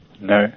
No